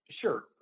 Sure